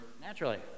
Naturally